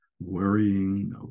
worrying